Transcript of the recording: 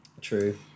True